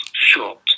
short